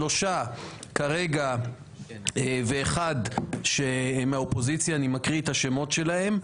שלושה כרגע ואחד מהאופוזיציה אני מקריא את השמות שלהם.